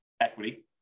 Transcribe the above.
equity